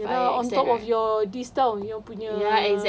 ah some of your discount punya